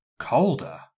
colder